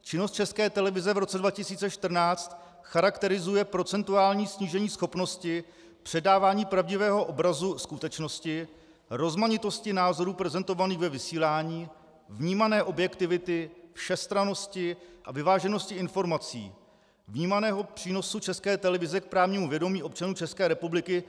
činnost České televize v roce 2014 charakterizuje procentuální snížení schopnosti předávání pravdivého obrazu skutečnosti, rozmanitosti názorů prezentovaných ve vysílání, vnímané objektivity, všestrannosti a vyváženosti informací, vnímaného přínosu České televize k právnímu vědomí občanů České republiky.